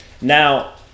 Now